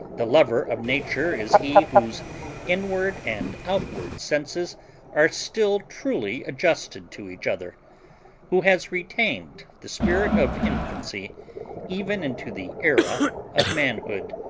the lover of nature is he whose inward and outward senses are still truly adjusted to each other who has retained the spirit of infancy even into the era of manhood.